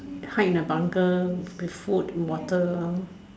hide in the jungle with food water